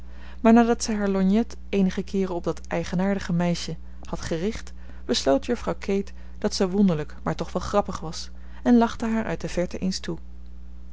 maar nadat zij haar lorgnet eenige keeren op dat eigenaardige meisje had gericht besloot juffrouw kate dat ze wonderlijk maar toch wel grappig was en lachte haar uit de verte eens toe